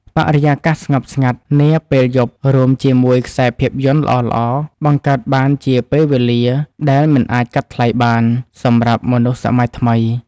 បរិយាកាសស្ងប់ស្ងាត់នាពេលយប់រួមជាមួយខ្សែភាពយន្តល្អៗបង្កើតបានជាពេលវេលាដែលមិនអាចកាត់ថ្លៃបានសម្រាប់មនុស្សសម័យថ្មី។